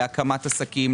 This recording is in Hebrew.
להקמת עסקים,